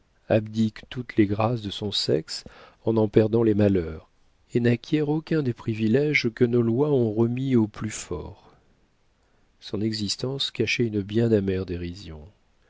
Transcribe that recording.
abdique toutes les grâces de son sexe en en perdant les malheurs et n'acquiert aucun des priviléges que nos lois ont remis aux plus forts son existence cachait une bien amère dérision